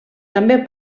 també